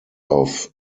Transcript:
auf